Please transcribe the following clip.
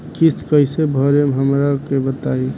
किस्त कइसे भरेम हमरा के बताई?